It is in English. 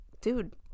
dude